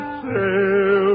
sail